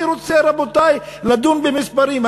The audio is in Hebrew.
אני רוצה, רבותי, לדון במספרים.